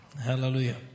Hallelujah